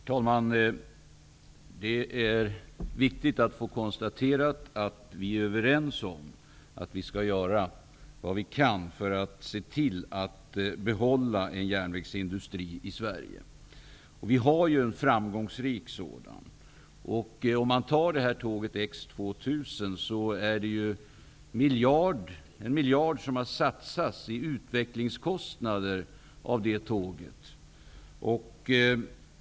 Herr talman! Det är viktigt att få konstaterat att vi är överens om att vi skall göra vad vi kan för att behålla en järnvägsindustri i Sverige. Vi har ju en framgångsrik sådan. Det har satsats en miljard på utveckling av tåget X 2000.